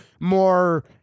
more